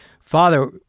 Father